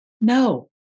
no